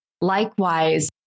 Likewise